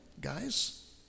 guys